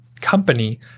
company